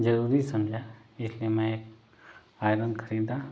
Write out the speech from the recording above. जरूरी समझा इसलिए मैं एक आयरन खरीदा